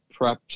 prepped